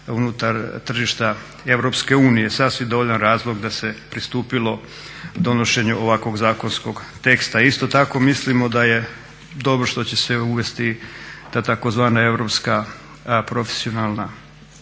unutar tržišta EU. Sasvim dovoljan razlog da se pristupilo donošenju ovakvog zakonskog tekst. Isto tako mislimo da je dobro što će se uvesti ta tzv. europska profesionalna